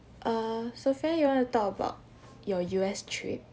err sophia you want to talk about your U_S trip